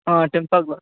temper glass